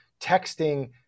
texting